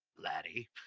laddie